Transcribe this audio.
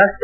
ರಸ್ತೆ